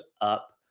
up